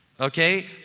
okay